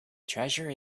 treasure